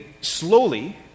slowly